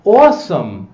awesome